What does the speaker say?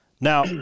Now